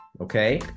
okay